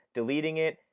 deleting it,